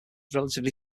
relatively